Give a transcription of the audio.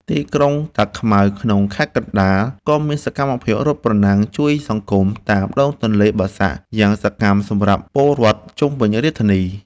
ទីក្រុងតាខ្មៅក្នុងខេត្តកណ្តាល ក៏មានសកម្មភាពរត់ប្រណាំងជួយសង្គមតាមដងទន្លេបាសាក់យ៉ាងសកម្មសម្រាប់ពលរដ្ឋជុំវិញរាជធានី។